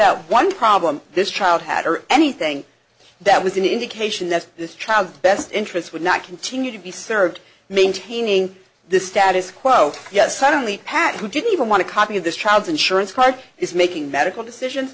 out one problem this child had or anything that was an indication that this child's best interest would not continue to be served maintaining the status quo yet suddenly pat who didn't even want to copy of this child's insurance card is making medical decision